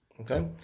Okay